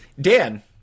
Dan